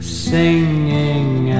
singing